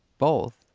both,